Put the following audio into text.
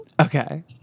Okay